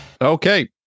Okay